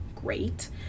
great